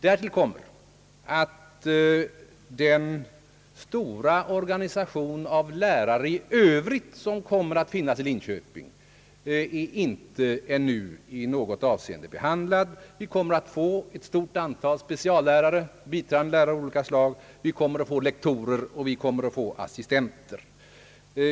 Därtill kommer att den stora organisation av lärare i Övrigt som skall finnas i Linköping ännu inte i något avseende är behandlad. Vi kommer att få ett stort antal speciallärare, biträdande lärare av olika slag, lektorer och assistenter.